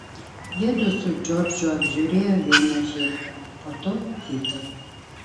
jiedu su džordžu apžiūrėjo vieną žirgą po to kitą